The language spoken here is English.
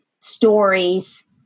stories